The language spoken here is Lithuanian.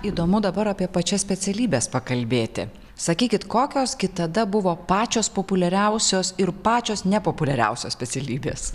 įdomu dabar apie pačias specialybes pakalbėti sakykit kokios gi tada buvo pačios populiariausios ir pačios nepopuliariausios specialybės